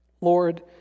Lord